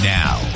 now